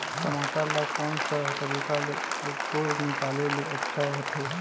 मटर ला कोन सा तरीका ले अंकुर निकाले ले अच्छा होथे?